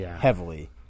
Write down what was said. heavily